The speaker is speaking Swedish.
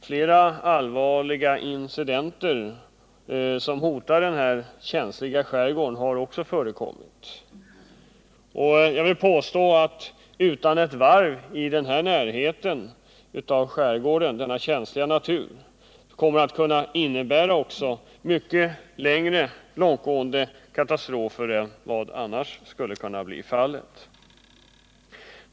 Flera allvarliga incidenter som hotat skärgården har också förekommit, och jag vill påstå att utan ett varv i närheten av skärgården — denna känsliga natur — kommer det att kunna bli ännu mer långtgående katastrofer än vad annars skulle kunna bli fallet.